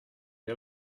der